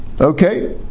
Okay